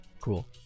Cool